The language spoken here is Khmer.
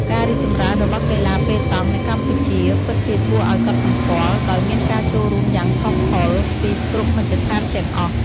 ការរីកចម្រើនរបស់កីឡាប៉េតង់នៅកម្ពុជាពិតជាគួរឱ្យកត់សម្គាល់ ដោយមានការចូលរួមយ៉ាងផុសផុលពីគ្រប់មជ្ឈដ្ឋានទាំងអស់។